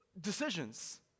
decisions